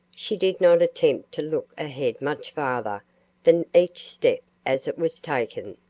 she did not attempt to look ahead much farther than each step as it was taken.